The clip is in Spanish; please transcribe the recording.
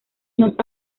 nos